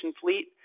fleet